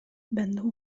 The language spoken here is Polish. będą